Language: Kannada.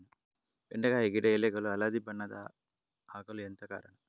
ಬೆಂಡೆಕಾಯಿ ಗಿಡ ಎಲೆಗಳು ಹಳದಿ ಬಣ್ಣದ ಆಗಲು ಎಂತ ಕಾರಣ?